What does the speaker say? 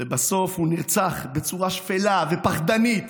ובסוף הוא נרצח בצורה שפלה ופחדנית